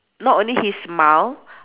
not only his smile